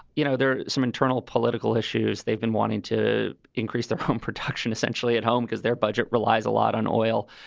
you know, there are some internal political issues. they've been wanting to increase their home production essentially at home because their budget relies a lot on oil.